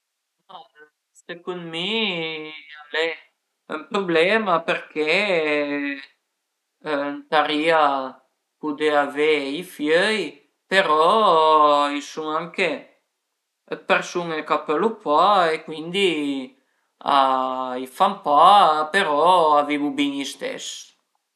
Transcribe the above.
Ma secund mi al e ën prublema përché ëntarìa pudé avé i fiöi, però a i sun anche dë persun-e ch'a pölu pa e cuindi a i fan pa, però a vivu bin i stes